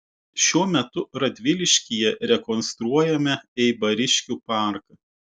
šiuo metu radviliškyje rekonstruojame eibariškių parką